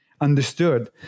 understood